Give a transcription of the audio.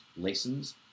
lessons